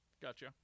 Gotcha